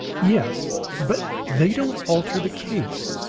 yes but they don't alter the case.